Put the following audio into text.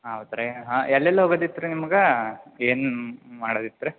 ಹೌದು ರೀ ಹಾಂ ಎಲ್ಲೆಲ್ಲಿ ಹೋಗೋದಿತ್ತು ರಿ ನಿಮಗೆ ಏನು ಮಾಡದಿತ್ತು ರೀ